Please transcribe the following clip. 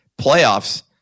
playoffs